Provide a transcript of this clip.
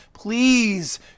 please